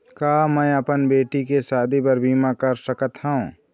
का मैं अपन बेटी के शादी बर बीमा कर सकत हव?